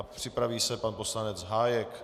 Připraví se pan poslanec Hájek.